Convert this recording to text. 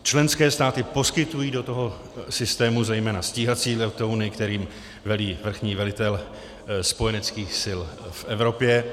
Členské státy poskytují do toho systému zejména stíhací letouny, kterým velí vrchní velitel spojeneckých sil v Evropě.